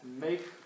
make